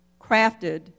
crafted